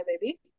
baby